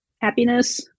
happiness